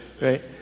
right